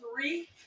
three